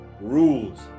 rules